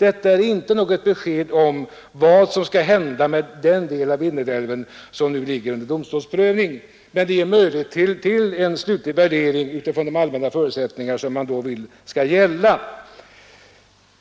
Detta är inte något besked om vad som skall hända med den del av Vindelälven som nu är föremål för domstols prövning, men det finns möjligheter till en slutlig värdering utifrån de allmänna förutsättningar som man vill skall gälla.